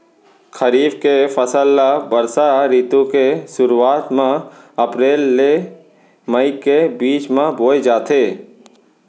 खरीफ के फसल ला बरसा रितु के सुरुवात मा अप्रेल ले मई के बीच मा बोए जाथे